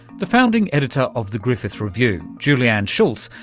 the founding editor of the griffith review, julianne schultz,